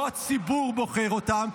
לא הציבור בוחר אותם,